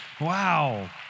Wow